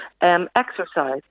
Exercise